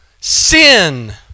sin